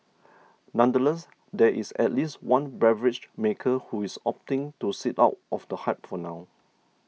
nonetheless there is at least one beverage maker who is opting to sit out of the hype for now